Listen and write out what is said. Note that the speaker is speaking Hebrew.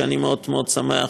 שאני מאוד מאוד שמח